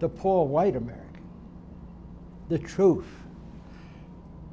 the poor white american the truth